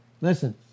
listen